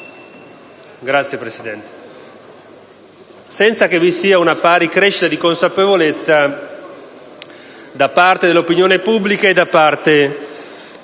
Grazie, Presidente.